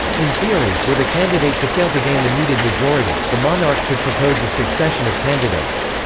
in theory, were the candidate to fail to gain the needed majority, the monarch could propose a succession of candidates.